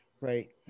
right